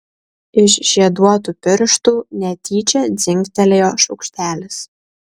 iš žieduotų pirštų netyčia dzingtelėjo šaukštelis